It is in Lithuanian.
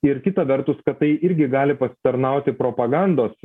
ir kita vertus kad tai irgi gali pasitarnauti propagandos